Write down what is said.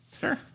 Sure